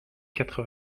quatre